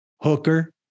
Hooker